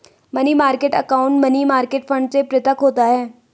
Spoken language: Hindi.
money market account money market fund से पृथक होता है